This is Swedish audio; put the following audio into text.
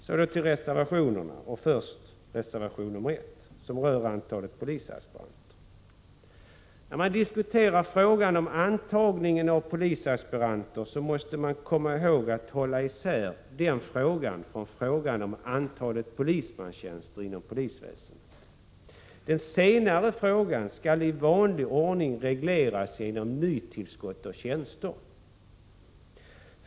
Så till reservationerna, och först reservation 1, som rör antalet polisaspiranter. När man diskuterar frågan om antagningen av polisaspiranter måste man komma ihåg att hålla isär den frågan och frågan om antalet polismanstjänster inom polisväsendet. Den senare frågan skall i vanlig ordning regleras genom nytillskott av tjänster.